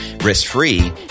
risk-free